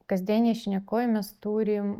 kasdienėj šnekoj mes turim